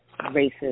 racist